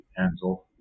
hands-off